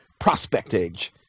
prospectage